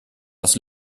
das